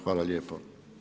Hvala lijepo.